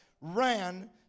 ran